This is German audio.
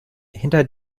hinter